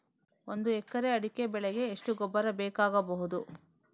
ಒಂದು ಎಕರೆ ಅಡಿಕೆ ಬೆಳೆಗೆ ಎಷ್ಟು ಗೊಬ್ಬರ ಬೇಕಾಗಬಹುದು?